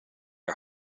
are